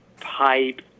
pipe